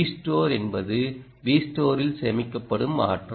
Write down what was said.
Vstore என்பது Vstore இல் சேமிக்கப்படும் ஆற்றல்